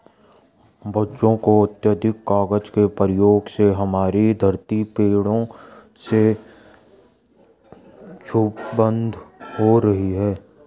बच्चों अत्याधिक कागज के प्रयोग से हमारी धरती पेड़ों से क्षुब्ध हो रही है